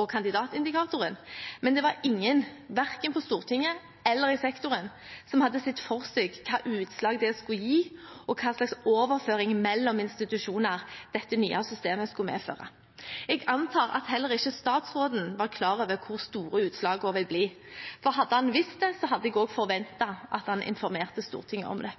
og kandidatindikatoren. Men det var ingen, verken på Stortinget eller i sektoren, som hadde sett for seg hvilke utslag dette skulle gi, og hvilken overføring mellom institusjoner dette nye systemet skulle medføre. Jeg antar at heller ikke statsråden var klar over hvor store utslagene ville bli, for hadde han visst det, hadde jeg også forventet at han informerte Stortinget om det.